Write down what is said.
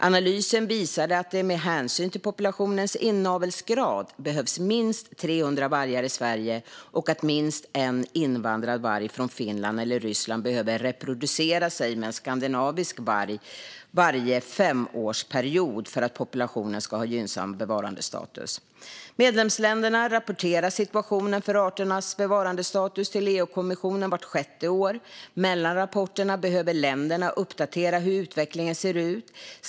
Analysen visade att det med hänsyn till populationens inavelsgrad behövs minst 300 vargar i Sverige och att minst en invandrad varg från Finland eller Ryssland behöver reproducera sig med en skandinavisk varg varje femårsperiod för att populationen ska ha gynnsam bevarandestatus. Medlemsländerna rapporterar situationen för arternas bevarandestatus till EU-kommissionen vart sjätte år. Mellan rapporterna behöver länderna uppdatera hur utvecklingen ser ut.